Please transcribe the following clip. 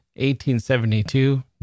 1872